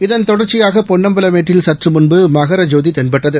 இதன்தொடர்ச்சியாக பொன்னம்பலமேட்டில் சற்றுமுன்பு மகர ஜோதி தென்பட்டது